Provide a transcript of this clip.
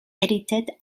edited